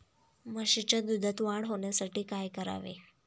म्हशीच्या दुधात वाढ होण्यासाठी काय करावे?